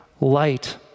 light